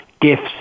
gifts